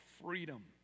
freedom